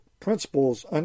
principles